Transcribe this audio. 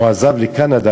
עזב לקנדה,